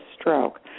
stroke